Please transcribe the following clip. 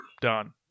Done